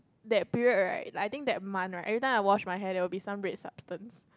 that period right I think that month right every times I wash my hair there will be some red substances